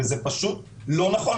וזה פשוט לא נכון.